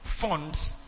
funds